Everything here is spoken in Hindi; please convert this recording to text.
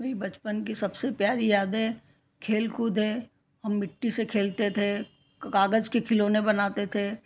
भई बचपन की सबसे प्यारी यादें खेल कूद है हम मिट्टी से खेलते थे कागज़ के खिलौने बनाते थे